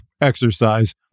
exercise